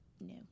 No